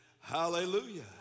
Hallelujah